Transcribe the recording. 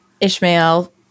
Ishmael